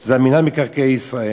זה מינהל מקרקעי ישראל,